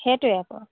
সেইটোৱে আকৌ